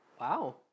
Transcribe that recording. Wow